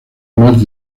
más